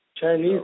Chinese